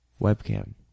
webcam